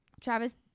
travis